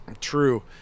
True